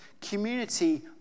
Community